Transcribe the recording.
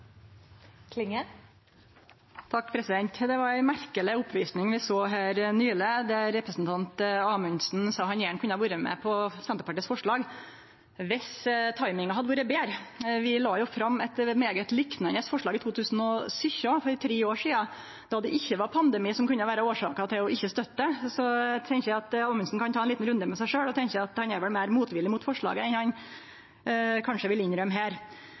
Det var ei merkeleg oppvisning vi såg nyleg, der representanten Amundsen sa han gjerne kunne ha vore med på Senterpartiets forslag dersom timinga hadde vore betre. Vi la fram eit liknande forslag i 2017, for tre år sidan, då det ikkje var pandemi som kunne vere årsaka til ikkje å støtte det. Så eg tenkjer at Amundsen kan ta ein liten runde med seg sjølv og tenkje at han er vel meir motvillig mot forslaget enn han kanskje vil innrømme her.